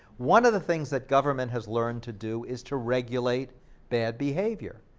one of the things that government has learned to do is to regulate bad behavior,